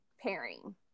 pairing